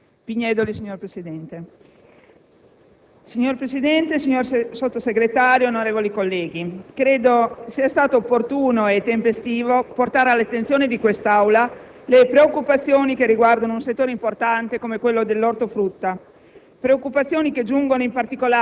finestra") *(Ulivo)*. Dv Signor Presidente, signor Sottosegretario, onorevoli colleghi, credo sia stato opportuno e tempestivo portare all'attenzione di quest'Aula le preoccupazioni che riguardano un settore importante come quello dell'ortofrutta;